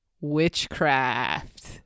witchcraft